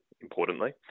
importantly